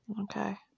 Okay